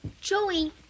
Joey